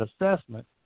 assessment